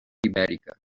ibèrica